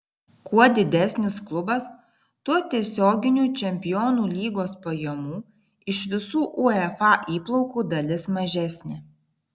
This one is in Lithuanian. kuo didesnis klubas tuo tiesioginių čempionų lygos pajamų iš visų uefa įplaukų dalis mažesnė